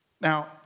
Now